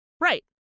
right